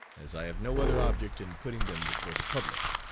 as i have no other object in putting them before the public.